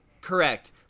Correct